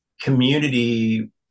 community